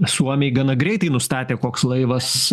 suomiai gana greitai nustatė koks laivas